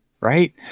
right